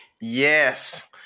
Yes